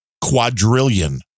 quadrillion